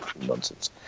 nonsense